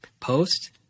post